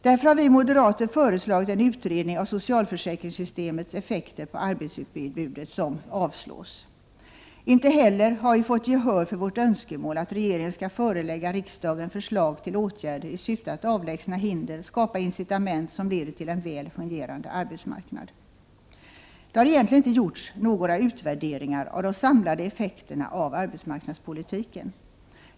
Därför har vi moderater föreslagit en utredning av socialförsäkringssystemets effekter på arbetsutbudet. Vårt förslag avstyrks. Inte heller har vi fått gehör för vårt önskemål att regeringen skall förelägga riksdagen förslag till åtgärder i syfte att avlägsna hinder och skapa incitament som leder till en väl fungerande arbetsmarknad. Det har egentligen inte gjorts några utvärderingar av de samlade effekterna av arbetsmarknadspolitiken.